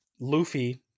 Luffy